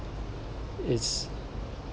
it's